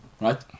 right